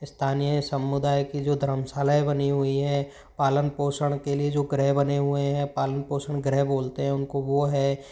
स्थानीय समुदाय की जो धर्मशालाएं बनी हुई हैं पालन पोषण के लिए जो गृह बने हुए हैं पालन पोषण गृह बोलते हैं उनको वो है